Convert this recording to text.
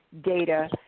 data